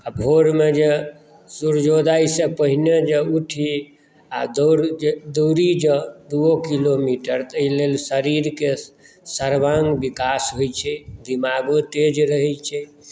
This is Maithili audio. आ भोरमे जे सूर्योदय से पहिने जे उठी आ दौड़ी जँ दूओ किलोमीटर तऽ एहि लेल शरीरके सर्वाङ्ग विकास होइत छै दिमागो तेज रहय छै